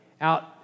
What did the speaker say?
out